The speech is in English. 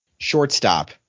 shortstop